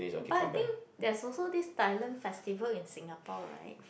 but I think there's also this Thailand festival in Singapore right